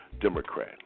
Democrat